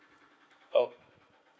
oh